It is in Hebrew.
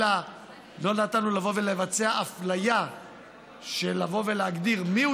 אלא לא נתנו לבוא ולבצע אפליה של לבוא ולהגדיר מיהו